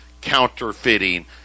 counterfeiting